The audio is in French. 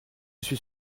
suis